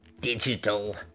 digital